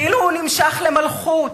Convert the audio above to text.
כאילו הוא נמשח למלכות,